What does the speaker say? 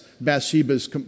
Bathsheba's